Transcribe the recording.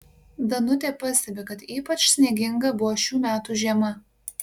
danutė pastebi kad ypač snieginga buvo šių metų žiema